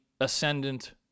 ascendant